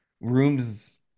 rooms